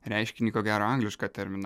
reiškinį ko gero anglišką terminą